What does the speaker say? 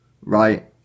Right